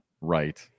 right